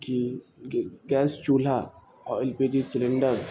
کہ گیس چولہا اور ایل پی جی سلینڈر